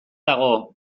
dago